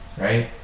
right